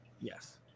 Yes